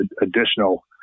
additional